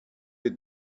your